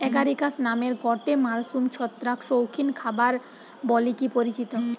Agaricus নামের গটে mushroom ছত্রাক শৌখিন খাবার বলিকি পরিচিত